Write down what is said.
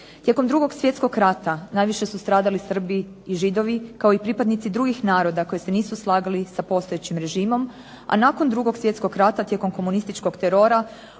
Tijekom 2. Svjetskog rata najviše su stradali Srbi i Židovi kao i pripadnici drugih naroda koji se nisu slagali sa postojećim režimom, a nakon 2. Svjetskog rata tijekom komunističkog terora,